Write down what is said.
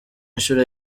inshuro